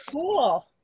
cool